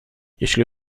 jeśli